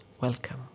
welcome